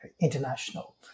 international